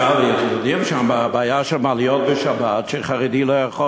יודעים שיש בעיה של מעליות בשבת, שחרדי לא יכול